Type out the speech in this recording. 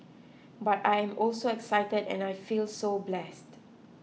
but I am also excited and I feel so blessed